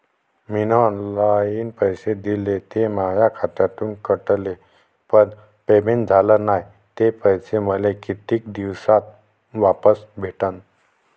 मीन online पैसे दिले, ते माया खात्यातून कटले, पण पेमेंट झाल नायं, ते पैसे मले कितीक दिवसात वापस भेटन?